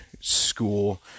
school